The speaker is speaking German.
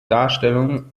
darstellung